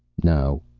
no.